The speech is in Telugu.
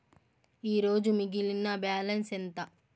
ఈరోజు మిగిలిన బ్యాలెన్స్ ఎంత?